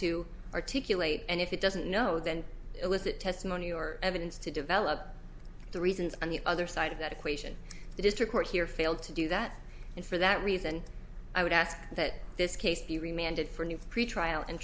to articulate and if it doesn't know then elicit testimony or evidence to develop the reasons and the other side of that equation the district court here failed to do that and for that reason i would ask that this case be remained it for new pretrial and